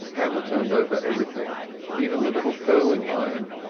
hannah turned over everything even the little curling iron,